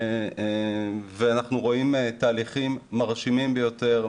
ואנחנו רואים תהליכים מרשימים ביותר,